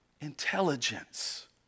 intelligence